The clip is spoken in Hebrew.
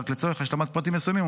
רק לצורך השלמת פרטים מסוימים,